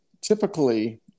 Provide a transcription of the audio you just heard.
Typically